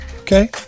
Okay